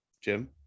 Jim